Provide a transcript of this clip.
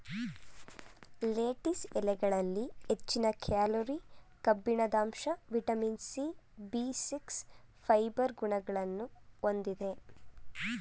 lettuce ಎಲೆಗಳಲ್ಲಿ ಹೆಚ್ಚಿನ calorie, ಕಬ್ಬಿಣದಂಶ, vitamin C, B six, fibre ಗುಣಗಳನ್ನು ಹೊಂದಿದೆ